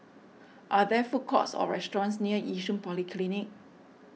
are there food courts or restaurants near Yishun Polyclinic